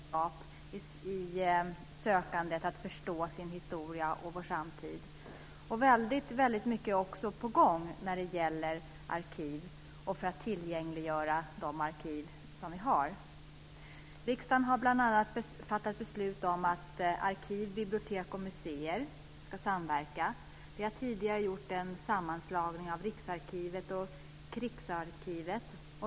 Herr talman! Arkivväsendet är ett viktigt redskap i sökandet efter kunskap för att förstå sin historia och sin framtid. Väldigt mycket är på gång när det gäller arkiv och för att tillgängliggöra de arkiv vi har. Riksdagen har bl.a. fattat beslut om att arkiv, bibliotek och museer ska samverka. Vi har tidigare gjort en sammanslagning av Riksarkivet och Krigsarkivet.